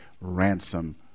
ransom